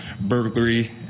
burglary